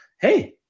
Hey